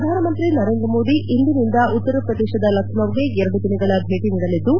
ಪ್ರಧಾನಮಂತ್ರಿ ನರೇಂದ್ರ ಮೋದಿ ಇಂದಿನಿಂದ ಉತ್ತರಪ್ರದೇಶದ ಲಖನೌಗೆ ಎರಡು ದಿನಗಳ ಭೇಟಿ ನೀಡಲಿದ್ದು